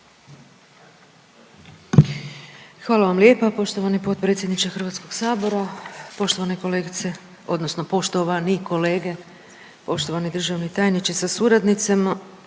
Hvala vam lijepa poštovani potpredsjedniče Hrvatskog sabora. Poštovane kolegice odnosno poštovani kolege, poštovani državni tajniče sa suradnicama,